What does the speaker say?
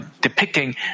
depicting